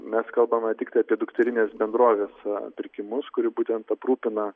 mes kalbame tiktai apie dukterinės bendrovės pirkimus kuri būtent aprūpina